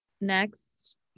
Next